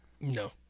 No